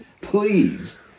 Please